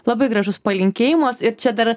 labai gražus palinkėjimas ir čia dar